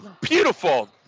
beautiful